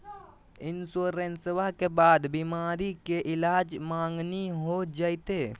इंसोरेंसबा के बाद बीमारी के ईलाज मांगनी हो जयते?